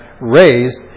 raised